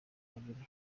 babiri